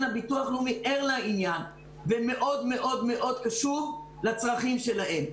הביטוח הלאומי ער לעניין ומאוד מאוד קשוב לצרכים שלהם.